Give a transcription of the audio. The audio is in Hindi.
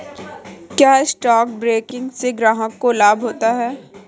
क्या स्टॉक ब्रोकिंग से ग्राहक को लाभ होता है?